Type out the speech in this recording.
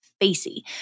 facey